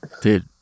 dude